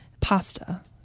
pasta